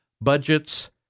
budgets